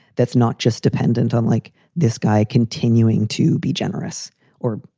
that's not just dependant on like this guy continuing to be generous or,